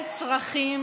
אוה,